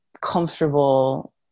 comfortable